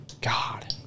God